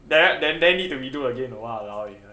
then right then then need to redo again !walao! eh